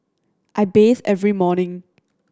I bathe every morning